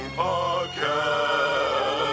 podcast